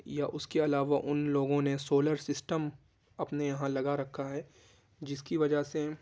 یا اس کے علاوہ ان لوگوں نے سولر سسٹم اپنے یہاں لگا رکھا ہے جس کی وجہ سے